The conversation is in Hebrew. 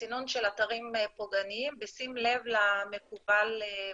לסינון של אתרים פוגעניים בשים לב למקובל בתחום.